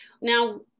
now